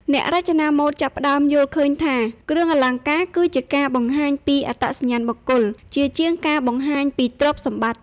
អ្នករចនាម៉ូដចាប់ផ្ដើមយល់ឃើញថា គ្រឿងអលង្ការគឺជាការបង្ហាញពីអត្តសញ្ញាណបុគ្គល ជាជាងការបង្ហាញពីទ្រព្យសម្បត្តិ។